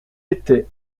était